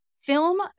Film